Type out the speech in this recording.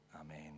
Amen